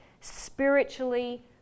spiritually